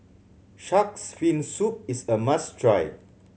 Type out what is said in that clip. Shark's Fin Soup is a must try